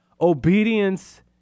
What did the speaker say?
obedience